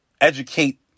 educate